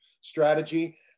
strategy